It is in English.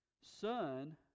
son